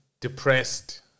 depressed